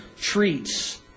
treats